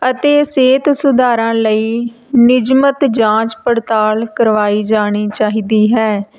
ਅਤੇ ਸਿਹਤ ਸੁਧਾਰਾਂ ਲਈ ਨਿਯਮਤ ਜਾਂਚ ਪੜਤਾਲ ਕਰਵਾਈ ਜਾਣੀ ਚਾਹੀਦੀ ਹੈ